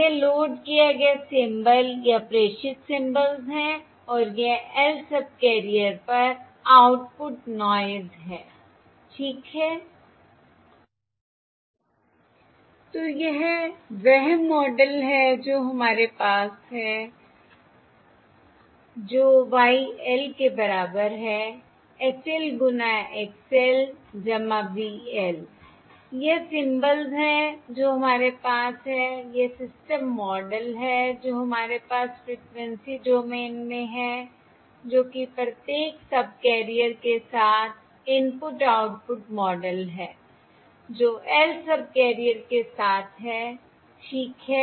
यह लोड किया गया सिंबल या प्रेषित सिंबल्स है और यह lth सबकैरियर पर आउटपुट नॉयस है ठीक हैI तो यह वह मॉडल है जो हमारे पास है जो Y l के बराबर है H l गुणा X l V l यह सिंबल्स है जो हमारे पास है यह सिस्टम मॉडल है जो हमारे पास फ़्रीक्वेंसी डोमेन में है जो कि प्रत्येक सबकैरियर के साथ इनपुट आउटपुट मॉडल है जो lth सबकैरियर के साथ है ठीक है